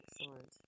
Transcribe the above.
Excellent